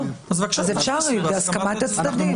בבקשה, תכניסו בהסכמת הצדדים.